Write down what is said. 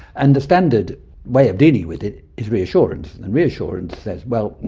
and the standard way of dealing with it is reassurance, and reassurance says, well,